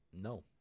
no